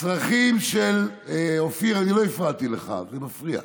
הצרכים של, אופיר, אני לא הפרעתי לך, זה מפריע,